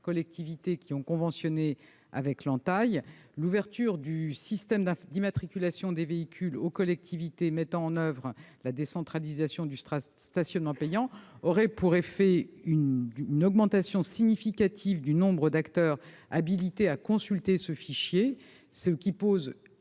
collectivités ayant signé une convention avec l'ANTAI. L'ouverture du système d'immatriculation des véhicules aux collectivités mettant en oeuvre la décentralisation du stationnement payant aurait pour effet d'augmenter significativement le nombre d'acteurs habilités à consulter ce fichier, ce qui pose